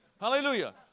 Hallelujah